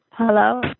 Hello